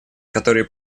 которые